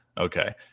okay